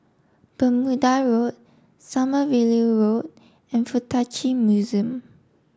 Bermuda Road Sommerville Road and Fuk Tak Chi Museum